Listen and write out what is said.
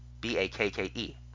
Bakke